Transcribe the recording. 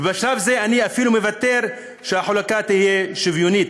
בשלב זה אני אפילו מוותר על כך שהחלוקה תהיה שוויונית.